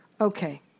Okay